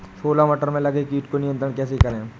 छोला मटर में लगे कीट को नियंत्रण कैसे करें?